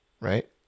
Right